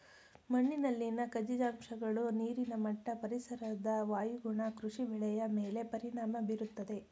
ಮಣ್ಣಿನಲ್ಲಿನ ಖನಿಜಾಂಶಗಳು, ನೀರಿನ ಮಟ್ಟ, ಪರಿಸರದ ವಾಯುಗುಣ ಕೃಷಿ ಬೆಳೆಯ ಮೇಲೆ ಪರಿಣಾಮ ಬೀರುತ್ತದೆ